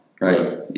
right